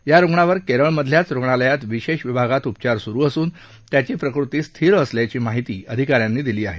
या रुग्णावर केरळमधल्याच रुग्णालयात विशेष विभागात उपचार सुरु असून त्याची प्रकृती स्थिर असल्याची माहिती अधिकाऱ्यांनी दिली आहे